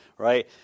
Right